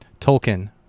Tolkien